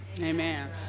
Amen